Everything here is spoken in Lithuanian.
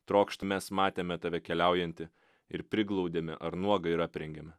trokšti mes matėme tave keliaujantį ir priglaudėme ar nuogą ir aprengėme